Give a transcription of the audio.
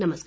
नमस्कार